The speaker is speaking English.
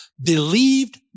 believed